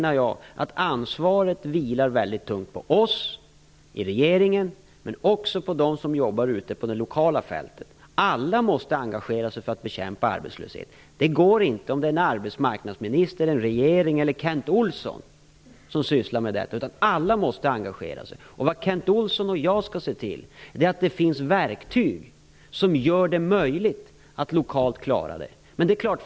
Ansvaret vilar väldigt tungt på oss i regeringen, men också på dem som jobbar ute på det lokala fältet. Alla måste engagera sig för att bekämpa arbetslösheten. Det går inte om bara en arbetsmarknadsminister, en regering eller Kent Olsson sysslar med detta. Alla måste engagera sig. Det Kent Olsson och jag skall se till är att det finns verktyg som gör det möjligt att klara det lokalt.